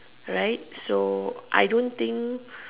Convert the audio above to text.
right so I don't think